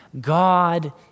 God